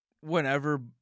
whenever